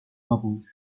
bubbles